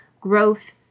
growth